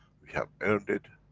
we have earned it,